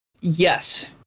Yes